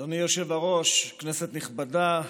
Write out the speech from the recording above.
אדוני היושב-ראש, כנסת נכבדה,